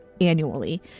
annually